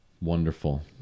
Wonderful